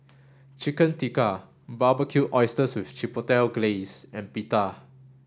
Chicken Tikka Barbecued Oysters with Chipotle Glaze and Pita